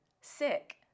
sick